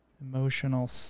emotional